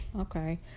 okay